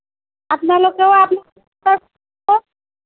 আপোনালোকেও আমাৰ